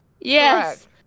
Yes